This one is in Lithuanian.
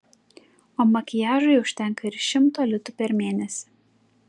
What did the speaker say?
o makiažui užtenka ir šimto litų per mėnesį